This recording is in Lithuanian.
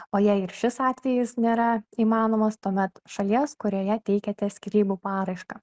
o jei ir šis atvejis nėra įmanomas tuomet šalies kurioje teikiate skyrybų paraišką